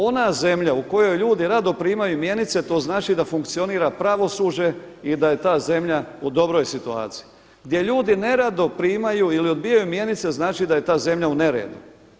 Ona zemlja u kojoj ljudi rado primaju mjenice to znači da funkcionira pravosuđe i da je ta zemlja u dobro situaciji, gdje ljudi nerado primaju ili odbijaju mjenice, znači da je ta zemlja u neredu.